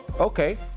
Okay